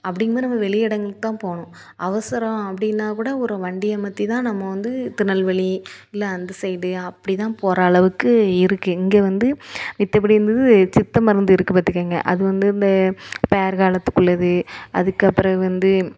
அப்படிங்போது நம்ம வெளி இடங்களுக்குதான் போகணும் அவசரம் அப்படின்னா கூட ஒரு வண்டி அமர்த்திதான் நம்ம வந்து திருநெல்வேலி இல்லை அந்த சைடு அப்படிதான் போகிற அளவுக்கு இருக்குது இங்கே வந்து மத்த படி இருந்தது சித்த மருந்து இருக்குது பார்த்துக்கங்க அது வந்து இந்த பேறு காலத்துக்குள்ளது அதுக்குப்பெறகு வந்து